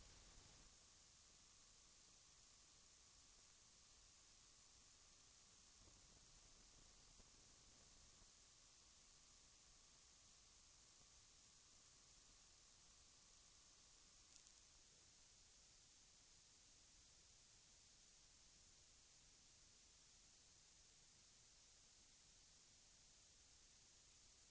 Jag önskade endast framhålla att jag vill ha så mycket med Ebberöds bank att göra att jag åtminstone håller den så långt som möjligt ifrån mig.